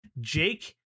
jake